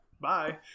bye